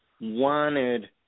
wanted